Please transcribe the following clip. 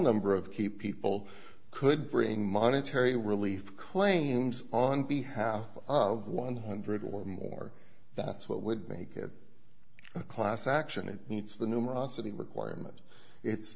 number of people could bring monetary relief claims on behalf of one hundred or more that's what would make it a class action it needs the numerosity requirement it's